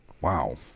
wow